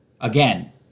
Again